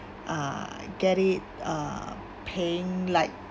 uh get it uh paying like